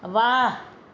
वाह